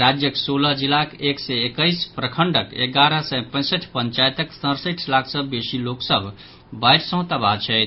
राज्यक सोलह जिलाक एक सय एकैस प्रखंडक एगारह सय पैंसठि पंचायतक सड़सठि लाख सँ बेसी लोक सभ बाढ़ि सँ तबाह छथि